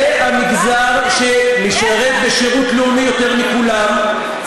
זה המגזר שמשרת בשירות לאומי יותר מכולם,